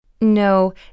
No